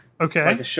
Okay